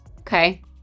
Okay